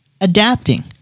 adapting